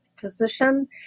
position